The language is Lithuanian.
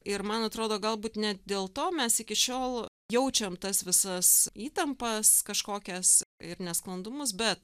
ir man atrodo galbūt ne dėl to mes iki šiol jaučiam tas visas įtampas kažkokias ir nesklandumus bet